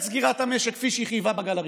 סגירת המשק כפי שהיא חייבה בגל הראשון,